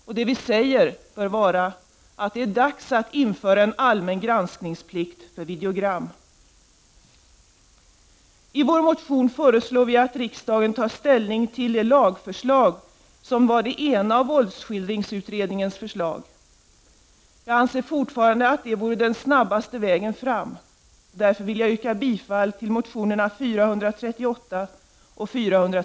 Och det vi säger bör vara: Det är dags att införa en allmän granskningsplikt för videogram. I vår motion föreslår vi att riksdagen tar ställning till det lagförslag som var det ena av våldsskildringsutredningens förslag. Det anser jag fortfarande vore den snabbaste vägen fram. Jag yrkar därför bifall till motion 438.